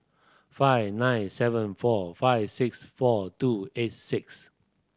five nine seven four five six four two eight six